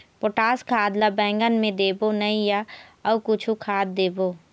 Potash खाद ला बैंगन मे देबो नई या अऊ कुछू खाद देबो?